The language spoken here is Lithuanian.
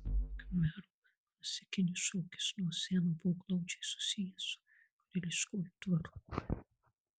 khmerų klasikinis šokis nuo seno buvo glaudžiai susijęs su karališkuoju dvaru